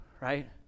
right